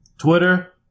Twitter